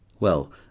well